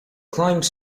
climbs